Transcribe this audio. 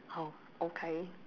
oh okay